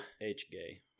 H-gay